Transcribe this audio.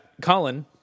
Colin